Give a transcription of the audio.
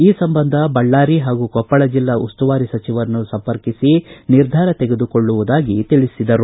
ಈ ಸಂಬಂಧ ಬಳ್ಳಾರಿ ಹಾಗೂ ಕೊಪ್ಪಳ ಜಿಲ್ಲಾ ಉಸ್ತುವಾರಿ ಸಚಿವರನ್ನು ಸಂಪರ್ಕಿಸಿ ನಿರ್ಧಾರ ತೆಗೆದುಕೊಳ್ಳುವುದಾಗಿ ತಿಳಿಸಿದರು